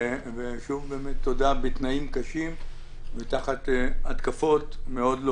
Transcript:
שוב תודה היא בתנאים קשים ותחת התקפות מאוד לא